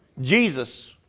Jesus